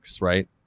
Right